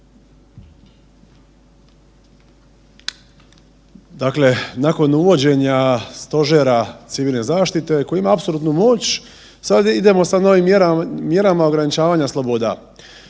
Dakle, nakon uvođenja stožera civilne zaštite koji ima apsolutnu moć sad idemo sa novim mjerama ograničavanja sloboda.